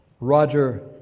Roger